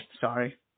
sorry